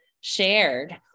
shared